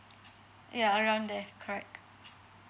ya around there correct